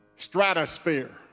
stratosphere